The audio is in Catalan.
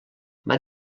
van